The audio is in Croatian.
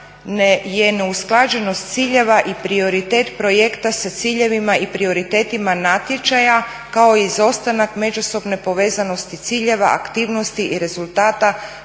neusklađenost ciljeva i prioritet projekta sa ciljevima i prioritetima natječaja kao i izostanak međusobne povezanosti ciljeva, aktivnosti i rezultata